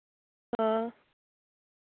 हां